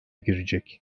girecek